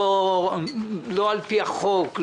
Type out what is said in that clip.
לא על פי החוק,